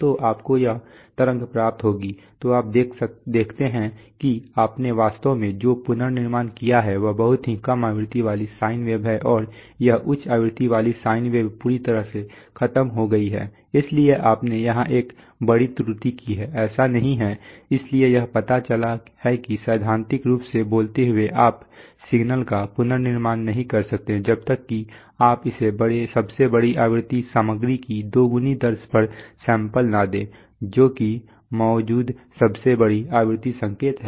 तो आपको यह तरंग प्राप्त होगी तो आप देखते हैं कि आपने वास्तव में जो पुनर्निर्माण किया है वह बहुत कम आवृत्ति वाली साइन वेव है और यह उच्च आवृत्ति वाली साइन वेव पूरी तरह से खो गई है इसलिए आपने यहां एक बड़ी त्रुटि की है ऐसा नहीं है इसलिए यह पता चला है कि सैद्धांतिक रूप से बोलते हुए आप सिग्नल का पुनर्निर्माण नहीं कर सकते जब तक कि आप इसे सबसे बड़ी आवृत्ति सामग्री की दोगुनी दर पर सैंपल न दें जो कि मौजूद सबसे बड़ा आवृत्ति संकेत है